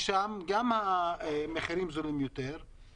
שם גם המחירים זולים יותר,